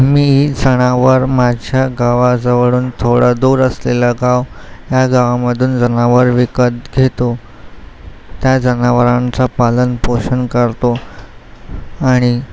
मी सणावर माझ्या गावाजवळून थोड्या दूर असलेलं गाव या गावामधून जनावर विकत घेतो त्या जनावरांचं पालन पोषण करतो आणि